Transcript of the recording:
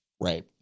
Right